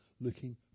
looking